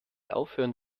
aufhören